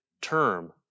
term